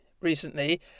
recently